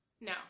No